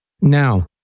now